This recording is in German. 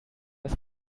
das